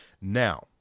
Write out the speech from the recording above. Now